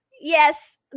Yes